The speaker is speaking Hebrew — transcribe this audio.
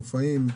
מופעים.